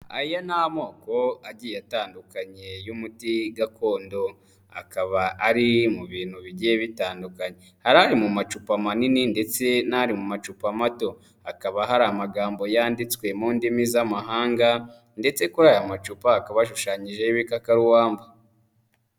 Aya ni amoko agiye atandukanye y'umuti gakondo. Akaba ari mu bintu bigiye bitandukanye. Hari ari mu macupa manini ndetse n'ari mu macupa mato. Hakaba hari amagambo yanditswe mu ndimi z'amahanga, ndetse kuri aya macupa hakaba hashushanyijeho ibikakarubamba.